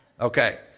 Okay